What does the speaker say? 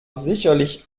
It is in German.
sicherlich